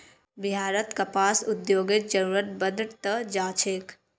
बिहारत कपास उद्योगेर जरूरत बढ़ त जा छेक